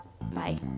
Bye